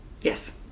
Yes